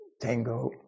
tango